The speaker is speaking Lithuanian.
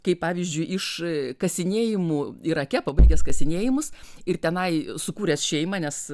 kaip pavyzdžiui iš kasinėjimų irake pabaigęs kasinėjimus ir tenai sukūręs šeimą nes